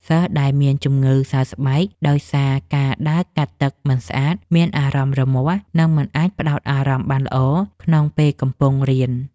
សិស្សដែលមានជំងឺសើស្បែកដោយសារការដើរកាត់ទឹកមិនស្អាត មានអារម្មណ៍រមាស់ និងមិនអាចផ្ដោតអារម្មណ៍បានល្អក្នុងពេលកំពុងរៀន។